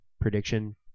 prediction